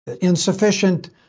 insufficient